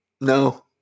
No